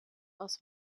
aus